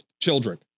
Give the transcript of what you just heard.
children